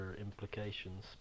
implications